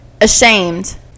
ashamed